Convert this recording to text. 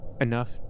enough –